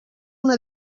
una